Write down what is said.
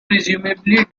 presumably